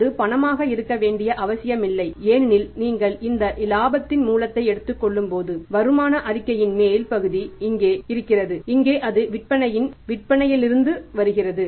அது பணமாக இருக்க வேண்டிய அவசியமில்லை ஏனெனில் நீங்கள் இந்த இலாபத்தின் மூலத்தை எடுத்துக் கொள்ளும்போது வருமான அறிக்கையின் மேல் பகுதி இங்கே இருக்கிறது இங்கே அது விற்பனையின் விற்பனையிலிருந்து வருகிறது